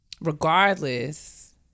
regardless